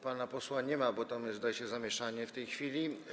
Pana posła nie ma, bo tam jest, zdaje się, zamieszanie w tej chwili.